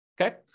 Okay